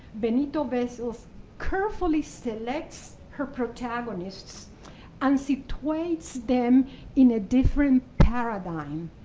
benito-vessels carefully selects her protagonists and situates them in a different paradigm.